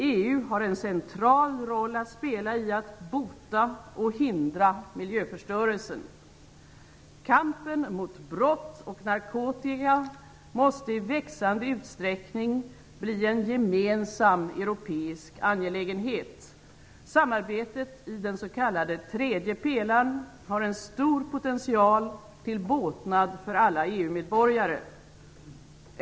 EU har en central roll att spela i att bota och hindra miljöförstörelsen. Kampen mot brott och narkotika måste i växande utsträckning bli en gemensam europeisk angelägenhet. Samarbetet i den s.k. tredje pelaren har en stor potential till båtnad för alla EU-medborgare.